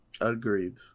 Agreed